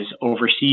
overseas